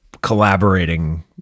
collaborating